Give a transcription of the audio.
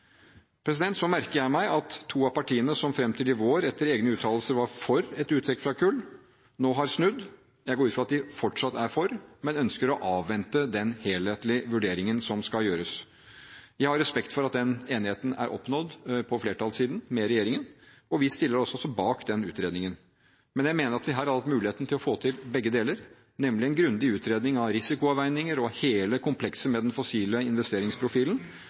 merker meg at to av partiene som fram til i vår etter egne uttalelser var for et uttrekk fra kull, nå har snudd. Jeg går ut fra at de fortsatt er for, men ønsker å avvente den helhetlige vurderingen som skal gjøres. Jeg har respekt for at den enigheten med regjeringen er oppnådd på flertallssiden, og vi stiller oss også bak den utredningen. Men jeg mener at vi her hadde hatt muligheten til å få til begge deler, nemlig en grundig utredning av risikoavveininger og hele komplekset med den fossile investeringsprofilen,